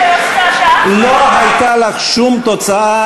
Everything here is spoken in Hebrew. לא הייתה לך שום תוצאה,